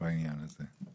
בנושא הזה.